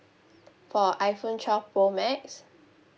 for iphone twelve pro max